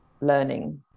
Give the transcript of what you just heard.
learning